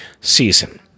season